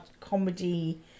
comedy